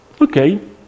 Okay